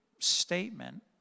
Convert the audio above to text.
statement